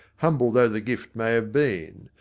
humble though the gift may have been.